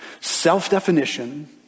Self-definition